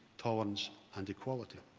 tolerance and equality.